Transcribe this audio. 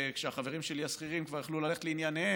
כשהחברים השכירים שלי כבר יכלו ללכת לענייניהם,